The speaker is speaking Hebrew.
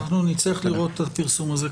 אנחנו נצטרך לראות את הפרסום הזה,